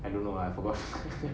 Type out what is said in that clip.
I don't know I forgot